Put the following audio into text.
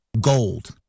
Gold